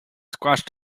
squashed